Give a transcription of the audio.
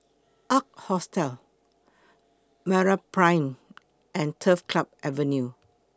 Ark Hostel Meraprime and Turf Club Avenue